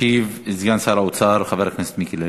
ישיב סגן שר האוצר חבר הכנסת מיקי לוי.